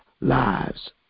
lives